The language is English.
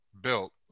built